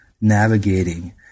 navigating